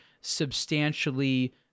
substantially